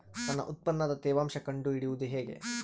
ನನ್ನ ಉತ್ಪನ್ನದ ತೇವಾಂಶ ಕಂಡು ಹಿಡಿಯುವುದು ಹೇಗೆ?